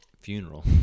Funeral